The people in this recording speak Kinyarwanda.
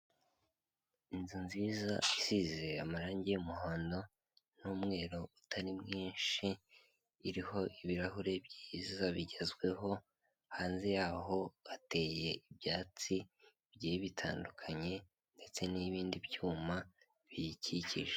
Inzu nziza isize amarange y'umuhondo n'umweru utari mwinshi, iriho ibirahure byiza bigezweho. Hanze yaho hateye ibyatsi bigiye bitandukanye ndetse n'ibindi byuma biyikikije.